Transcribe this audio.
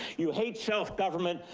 you hate self-government,